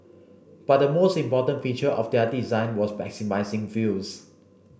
but the most important feature of their design was maximising views